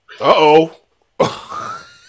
uh-oh